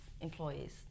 employees